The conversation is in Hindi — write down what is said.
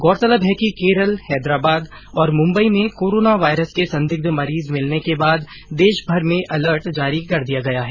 गौरतलब है कि केरल हैदराबाद और मुम्बई में कोरोना वायरस के संदिग्ध मरीज मिलने के बाद देशभर में अलर्ट जारी कर दिया गया है